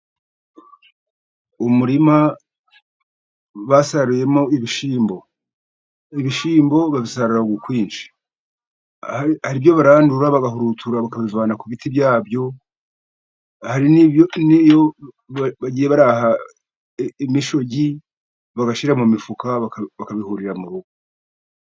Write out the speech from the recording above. Umurima basaruyemo ibishyimbo. Ibishyimbo babisarura ukwinshi barandura, bagahurutura bakabivana ku biti byabyo, hari niyo bagiye bahaguza imishogi bagashira mu mifuka bakabihurira murugo.